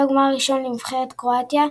זהו גמר ראשון לנבחרת קרואטיה,